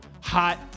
hot